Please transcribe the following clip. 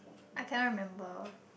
I cannot remember